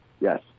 Yes